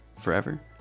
forever